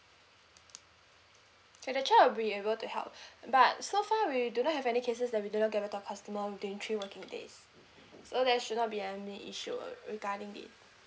ya the chat will be able to help uh but so far we do not have any cases that we do not get back to our customer within three working days so there should not be any issue uh regarding it